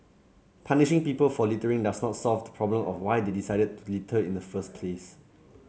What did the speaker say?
punishing people for littering does not solve the problem of why they decided to litter in the first place